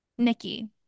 Nikki